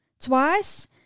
twice